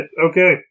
Okay